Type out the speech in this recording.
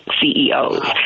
CEOs